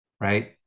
right